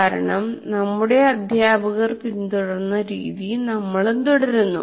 കാരണം നമ്മുടെ അധ്യാപകർ പിന്തുടർന്ന രീതി നമ്മളും തുടരുന്നു